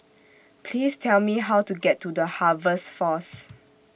Please Tell Me How to get to The Harvest Force